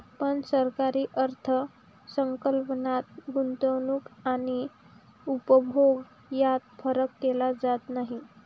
पण सरकारी अर्थ संकल्पात गुंतवणूक आणि उपभोग यात फरक केला जात नाही